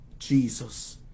Jesus